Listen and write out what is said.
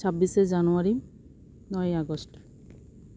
ᱪᱷᱟᱵᱽᱵᱤᱥᱮ ᱡᱟᱱᱩᱣᱟᱨᱤ ᱱᱚᱭᱮ ᱟᱜᱚᱥᱴ